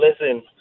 listen